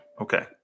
Okay